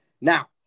Now